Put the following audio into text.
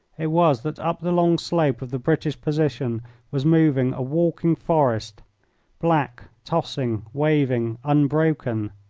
it was that up the long slope of the british position was moving a walking forest black, tossing, waving, unbroken.